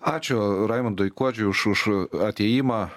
ačiū raimondui kuodžiui už už atėjimą